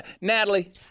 Natalie